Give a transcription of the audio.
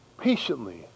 patiently